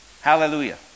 Hallelujah